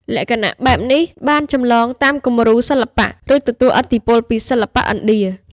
លក្ខណៈបែបនេះបានចម្លងតាមគំរូសិល្បៈ ឬទទួលឥទ្ធិពលពីសិល្បៈឥណ្ឌា។